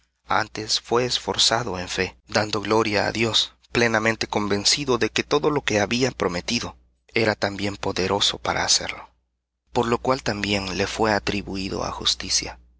antes fué esforzado en fe dando gloria á dios plenamente convencido de que todo lo que había prometido era también poderoso para hacerlo por lo cual también le fué atribuído á justicia